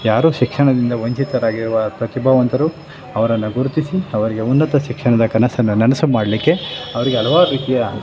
ಯಾರು ಶಿಕ್ಷಣದಿಂದ ವಂಚಿತರಾಗಿರುವ ಪ್ರತಿಭಾವಂತರು ಅವರನ್ನು ಗುರುತಿಸಿ ಅವರಿಗೆ ಉನ್ನತ ಶಿಕ್ಷಣದ ಕನಸನ್ನು ನನಸು ಮಾಡಲಿಕ್ಕೆ ಅವರಿಗೆ ಹಲವಾರು ರೀತಿಯ